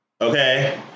Okay